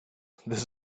this